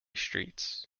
streets